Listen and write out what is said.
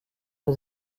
des